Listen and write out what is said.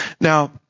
Now